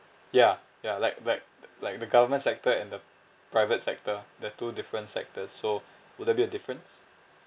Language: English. ya ya like like like the government sector and the private sector the two different sectors so would there be a difference